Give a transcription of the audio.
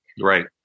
Right